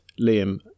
Liam